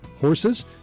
horses